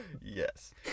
yes